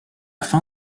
fin